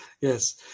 yes